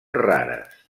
rares